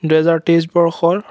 দুহেজাৰ তেইছ বৰ্ষৰ